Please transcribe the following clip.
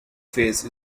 face